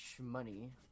money